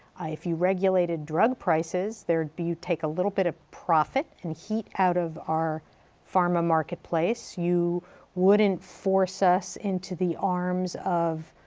if you regulated drug prices, there you'd take a little bit of profit and heat out of our pharma marketplace. you wouldn't force us into the arms of,